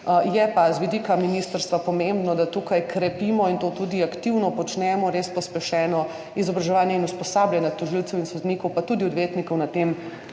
Je pa z vidika ministrstva pomembno, da tukaj krepimo, in to tudi aktivno počnemo, res pospešeno, izobraževanje in usposabljanje tožilcev in sodnikov, pa tudi odvetnikov, na tem